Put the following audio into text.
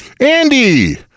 Andy